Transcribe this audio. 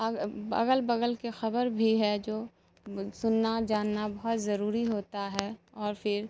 اگل بگل کے خبر بھی ہے جو سننا جاننا بہت ضروری ہوتا ہے اور پھر